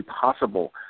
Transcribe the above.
possible